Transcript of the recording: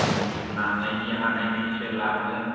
नानायनि हानायनि बिसोर लाङो